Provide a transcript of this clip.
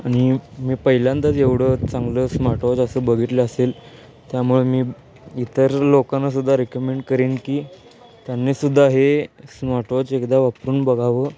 आणि मी पहिल्यांदाच एवढं चांगलं स्मार्टवॉच असं बघितलं असेल त्यामुळे मी इतर लोकांनासुद्धा रेकमेंड करेन की त्यांनीसुद्धा हे स्मार्टवॉच एकदा वापरून बघावं